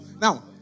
Now